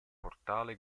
portale